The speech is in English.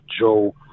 Joe